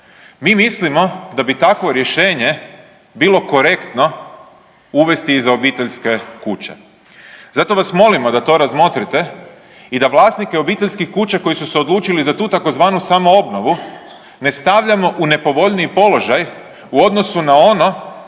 Mi mislimo da bi takvo rješenje bilo korektno uvesti i za obiteljske kuće. Zato vas molimo da to razmotrite i da vlasnike obiteljskih kuća koji su se odlučili za tu tzv. samoobnovu ne stavljamo u nepovoljniji položaj u odnosu na ono